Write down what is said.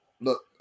Look